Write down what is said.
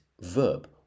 verb